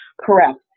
Correct